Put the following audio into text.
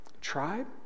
tribe